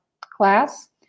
class